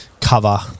cover